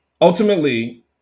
ultimately